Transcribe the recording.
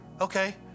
Okay